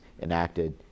enacted